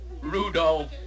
Rudolph